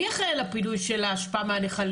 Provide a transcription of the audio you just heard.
מי אחראי על הפינוי של האשפה מהנחלים?